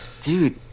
dude